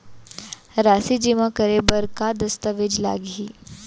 राशि जेमा करे बर का दस्तावेज लागही?